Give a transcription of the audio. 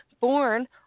born